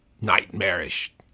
nightmarish